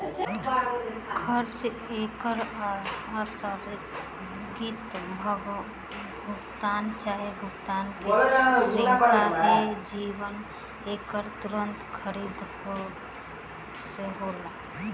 कर्जा एगो आस्थगित भुगतान चाहे भुगतान के श्रृंखला ह जवन एकरा के तुंरत खरीद से होला